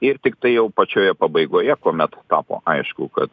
ir tiktai jau pačioje pabaigoje kuomet tapo aišku kad